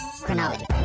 Chronology